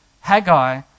Haggai